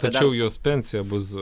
tačiau jos pensija bus